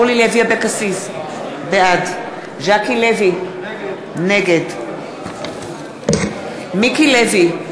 בעד ז'קי לוי, נגד מיקי לוי,